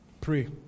Pray